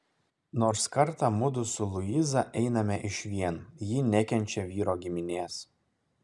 nors kartą mudu su luiza einame išvien ji nekenčia vyro giminės